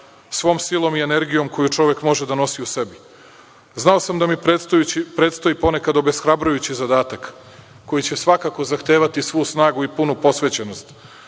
svom silom i energijom koju čovek može da nosi u sebi. Znao sam da mi predstoji ponekad obeshrabrujući zadatak koji će svakako zahtevati svu snagu i punu posvećenost.